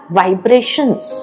vibrations